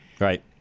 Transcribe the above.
Right